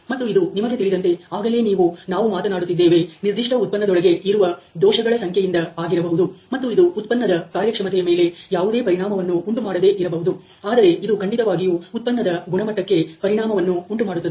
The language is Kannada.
ಮತ್ತು ಇದು ನಿಮಗೆ ತಿಳಿದಂತೆ ಆಗಲೇ ನೀವು ನಾವು ಮಾತನಾಡುತ್ತಿದ್ದೇವೆ ನಿರ್ದಿಷ್ಟ ಉತ್ಪನ್ನದೊಳಗೆ ಇರುವ ದೋಷಗಳ ಸಂಖ್ಯೆಯಿಂದ ಆಗಿರಬಹುದು ಮತ್ತು ಇದು ಉತ್ಪನ್ನದ ಕಾರ್ಯಕ್ಷಮತೆಯ ಮೇಲೆ ಯಾವುದೇ ಪರಿಣಾಮವನ್ನು ಉಂಟು ಮಾಡದೆ ಇರಬಹುದು ಆದರೆ ಇದು ಖಂಡಿತವಾಗಿಯೂ ಉತ್ಪನ್ನದ ಗುಣಮಟ್ಟಕ್ಕೆ ಪರಿಣಾಮವನ್ನು ಉಂಟುಮಾಡುತ್ತದೆ